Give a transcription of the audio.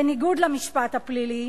בניגוד למשפט הפלילי,